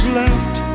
left